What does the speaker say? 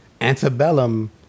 Antebellum